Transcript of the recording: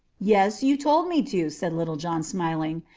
yes, you told me to, said little john, smiling.